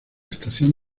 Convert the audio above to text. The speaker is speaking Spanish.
estación